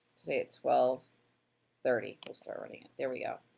today at twelve thirty we'll start running it, there we go.